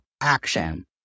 action